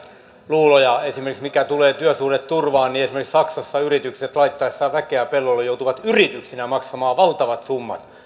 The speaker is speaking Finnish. luulo esimerkiksi mitä tulee työsuhdeturvaan niin esimerkiksi saksassa yritykset laittaessaan väkeä pellolle joutuvat yrityksinä maksamaan valtavat summat